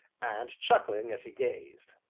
and chuckling as he gazed.